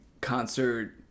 concert